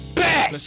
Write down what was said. back